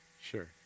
sure